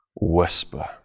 whisper